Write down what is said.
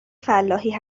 فلاحی